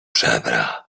żebra